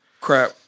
Crap